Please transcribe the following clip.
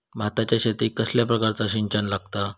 भाताच्या शेतीक कसल्या प्रकारचा सिंचन लागता?